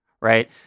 right